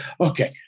okay